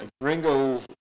Ringo